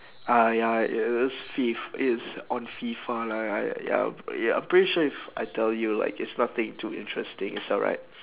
ah ya it it's fif~ it is on fifa ya ya I'm pretty sure if I tell you like it's nothing too interesting it's alright